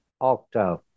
octave